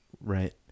right